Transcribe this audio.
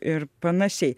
ir panašiai